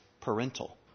parental